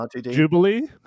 Jubilee